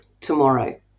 tomorrow